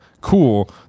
cool